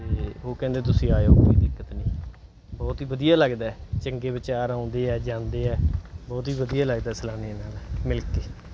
ਅਤੇ ਉਹ ਕਹਿੰਦੇ ਤੁਸੀਂ ਆਇਓ ਕੋਈ ਦਿੱਕਤ ਨਹੀਂ ਬਹੁਤ ਹੀ ਵਧੀਆ ਲੱਗਦਾ ਚੰਗੇ ਵਿਚਾਰ ਆਉਂਦੇ ਆ ਜਾਂਦੇ ਆ ਬਹੁਤ ਹੀ ਵਧੀਆ ਲੱਗਦਾ ਸੈਲਾਨੀਆਂ ਨਾਲ ਮਿਲ ਕੇ